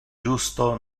justo